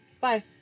Bye